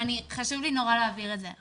חשוב לי להבהיר את זה.